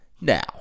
Now